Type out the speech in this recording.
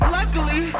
Luckily